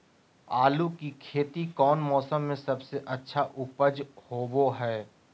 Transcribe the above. आलू की खेती कौन मौसम में सबसे अच्छा उपज होबो हय?